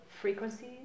frequencies